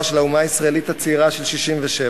של האומה הישראלית הצעירה של 1967,